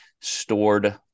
stored